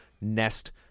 nest